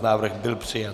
Návrh byl přijat.